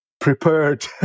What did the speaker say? prepared